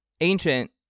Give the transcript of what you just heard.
ancient